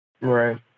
Right